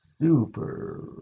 Super